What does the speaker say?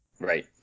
Right